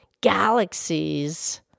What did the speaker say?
galaxies